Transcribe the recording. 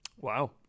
Wow